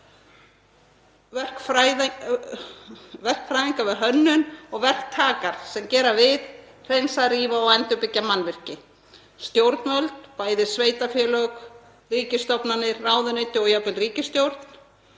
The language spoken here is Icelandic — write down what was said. verkfræðingar við hönnun viðgerða, verktakar sem gera við, hreinsa, rífa og endurbyggja mannvirki, stjórnvöld, þ.e. sveitarfélög, ríkisstofnanir, ráðuneyti og jafnvel ríkisstjórn.